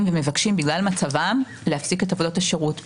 ומבקשים בגלל מצבם להפסיק את עבודות השירות.